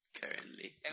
Currently